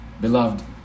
Beloved